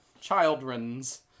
Children's